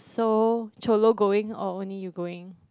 so Cholo going or only you going